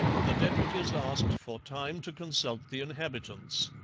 the deputies asked for time to consult the inhabitants.